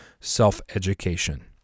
self-education